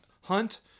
Hunt